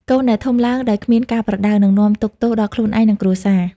កូនដែលធំឡើងដោយគ្មានការប្រដៅ នឹងនាំទុក្ខទោសដល់ខ្លួនឯង និងគ្រួសារ។